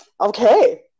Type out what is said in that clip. okay